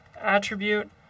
attribute